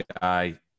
guy